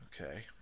Okay